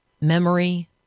memory